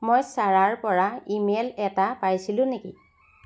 মই ছাৰাৰ পৰা ইমেইল এটা পাইছিলোঁ নেকি